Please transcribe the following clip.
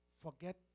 Forget